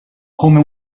come